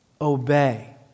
obey